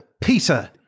Peter